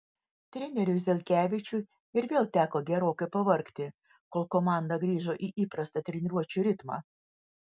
treneriui zelkevičiui ir vėl teko gerokai pavargti kol komanda grįžo į įprastą treniruočių ritmą